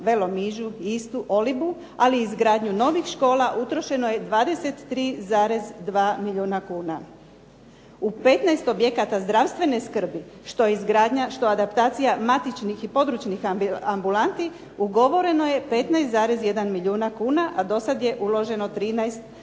Velom Ižu, Istu, Olibu ali i izgradnju novih škola utrošeno je 23,2 milijuna kuna. U 15 objekata zdravstvene skrbi što izgradnja što adaptacija matičnih i područnih ambulanti ugovoreno je 15,1 milijuna kuna, a do sada je uloženo 13,6